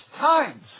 times